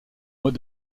mois